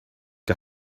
que